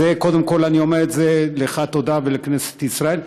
קודם כול, אני אומר לך תודה, ולכנסת ישראל,